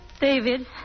David